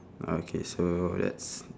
okay so let's